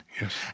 Yes